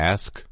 Ask